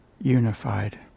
unified